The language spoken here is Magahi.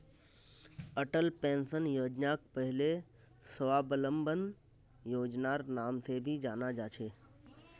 अटल पेंशन योजनाक पहले स्वाबलंबन योजनार नाम से भी जाना जा छे